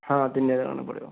ହଁ ତିନି ହଜାର ଖଣ୍ଡେ ପଡ଼ିବ